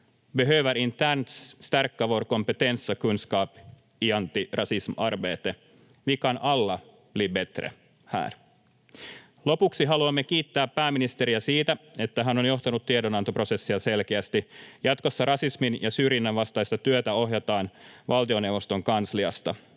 Lopuksi haluamme kiittää pääministeriä siitä, että hän on johtanut tiedonantoprosessia selkeästi. Jatkossa rasismin ja syrjinnän vastaista työtä ohjataan valtioneuvoston kansliasta.